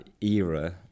era